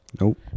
Nope